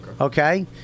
Okay